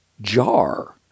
jar